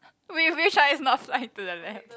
which which one is not fly to the left